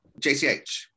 JCH